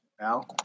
Al